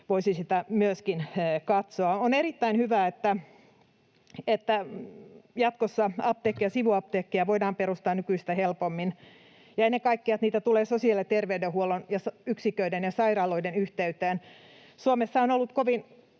voisi sitä myöskin katsoa. On erittäin hyvä, että jatkossa apteekkeja ja sivuapteekkeja voidaan perustaa nykyistä helpommin ja ennen kaikkea, että niitä tulee sosiaali‑ ja terveydenhuollon ja yksiköiden ja sairaaloiden yhteyteen. Suomessa on ollut kovin